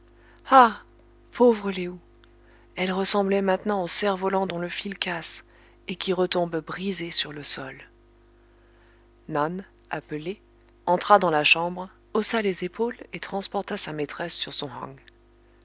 ah pauvre lé ou elle ressemblait maintenant au cerf-volant dont le fil casse et qui retombe brisé sur le sol nan appelée entra dans la chambre haussa les épaules et transporta sa maîtresse sur son hang